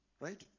Right